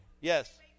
Yes